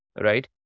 right